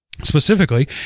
specifically